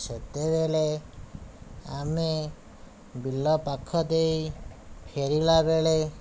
ସେତେବେଳେ ଆମେ ବିଲ ପାଖଦେଇ ଫେରିଲା ବେଳେ